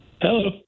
Hello